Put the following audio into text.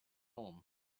home